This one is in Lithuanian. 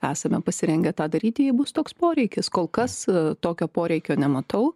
esame pasirengę tą daryti jei bus toks poreikis kol kas tokio poreikio nematau